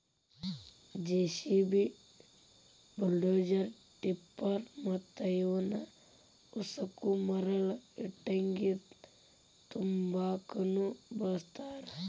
JCB, bulldozer, tipper ಮತ್ತ ಇವನ್ ಉಸಕ ಮರಳ ಇಟ್ಟಂಗಿ ತುಂಬಾಕುನು ಬಳಸ್ತಾರ